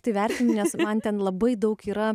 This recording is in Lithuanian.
tai vertinu nes man ten labai daug yra